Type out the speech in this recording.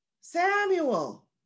Samuel